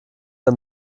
ein